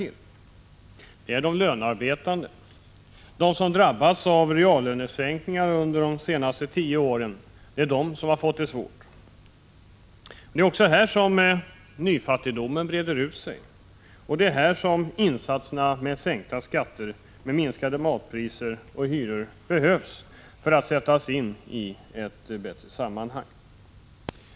Däremot är det de lönarbetande, som drabbats av reallönesänkningar under de senaste tio åren, som har fått det svårt. Det är också bland dem som nyfattigdomen breder ut sig. Det är i detta sammanhang som insatser med sänkta skatter, med minskade matpriser och hyror behöver sättas in.